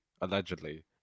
allegedly